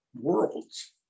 worlds